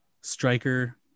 striker